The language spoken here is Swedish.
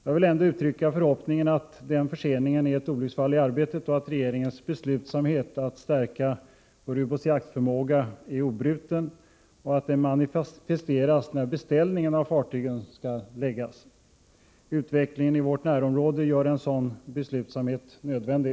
Jag vill ändå uttrycka förhoppningen att förseningen är ett olycksfall i arbetet och att regeringens beslutsamhet att förstärka vår ubåtsjaktförmåga är obruten och kommer att manifesteras när beställningen av fartygen skall göras. Utvecklingen i vårt närområde gör en sådan beslutsamhet nödvändig.